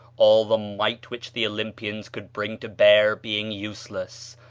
all the might which the olympians could bring to bear being useless,